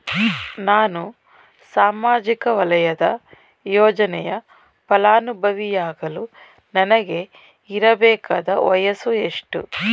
ನಾನು ಸಾಮಾಜಿಕ ವಲಯದ ಯೋಜನೆಯ ಫಲಾನುಭವಿ ಯಾಗಲು ನನಗೆ ಇರಬೇಕಾದ ವಯಸ್ಸು ಎಷ್ಟು?